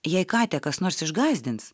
jei katę kas nors išgąsdins